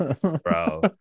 bro